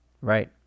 Right